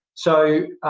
so,